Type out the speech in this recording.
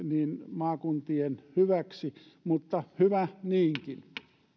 maakuntien hyväksi mutta hyvä niinkin